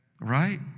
Right